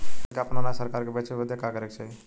हमनी के आपन अनाज सरकार के बेचे बदे का करे के चाही?